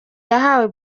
yahawe